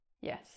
Yes